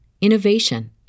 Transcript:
innovation